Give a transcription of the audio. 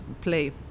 play